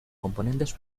componentes